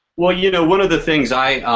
well you know one of the things i,